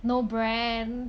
no brand